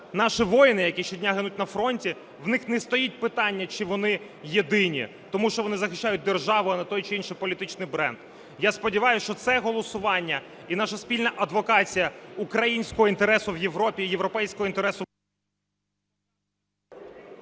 наші воїни, які щодня гинуть на фронті, в них не стоїть питання, чи вони єдині, тому що вони захищають державу, а не той чи інший політичний бренд. І я сподіваюсь, що це голосування і наша спільна адвокація українського інтересу в Європі і європейського інтересу…